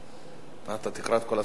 מה, אתה תקרא את כל הספרים האלה?